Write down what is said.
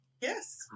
Yes